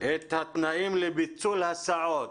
את התנאים לביטול הסעות